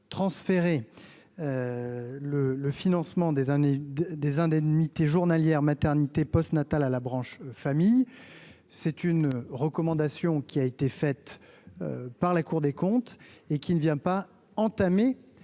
transférer le le financement des années des indemnités journalières maternité post-natal à la branche famille, c'est une recommandation qui a été faite par la Cour des comptes et qui ne vient pas entamé